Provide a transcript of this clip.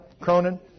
Cronin